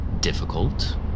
difficult